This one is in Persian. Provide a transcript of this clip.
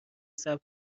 صبر